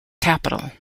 capital